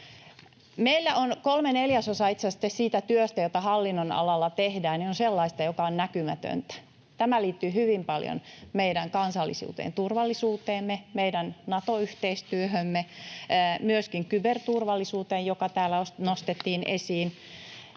asiassa kolme neljäsosaa siitä työstä, jota hallinnonalalla tehdään, on sellaista, joka on näkymätöntä. Tämä liittyy hyvin paljon meidän kansalliseen turvallisuuteemme, meidän Nato-yhteistyöhömme, myöskin kyberturvallisuuteen, joka täällä nostettiin esiin.